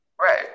Right